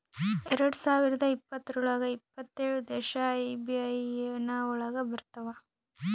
ಎರಡ್ ಸಾವಿರದ ಇಪ್ಪತ್ರೊಳಗ ಎಪ್ಪತ್ತೇಳು ದೇಶ ಐ.ಬಿ.ಎ.ಎನ್ ಒಳಗ ಬರತಾವ